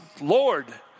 Lord